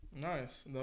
Nice